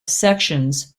sections